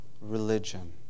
religion